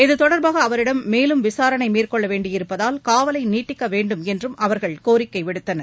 இது தொடர்பாக அவரிடம் மேலும் விசாரணை மேற்கொள்ள வேண்டியிருப்பதால் காவலை நீட்டிக்க வேண்டும் என்றும் அவர்கள் கோரிக்கை விடுத்தனர்